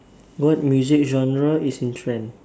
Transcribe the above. what music genre is in trend